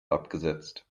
abgesetzt